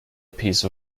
piece